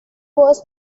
was